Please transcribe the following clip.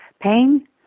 Pain